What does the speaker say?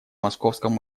московском